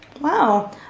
Wow